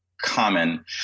common